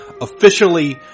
officially